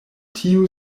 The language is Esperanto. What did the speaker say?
tiu